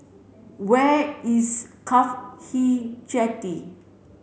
where is CAFHI Jetty